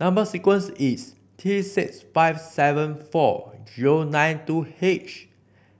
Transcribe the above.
number sequence is T six five seven four zero nine two H